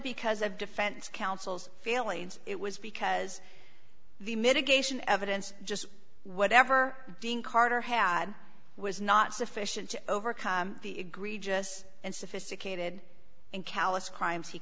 because of defense counsel's failings it was because the mitigation evidence just whatever dean carter had was not sufficient to overcome the egregious and sophisticated and callous crimes he